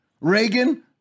Reagan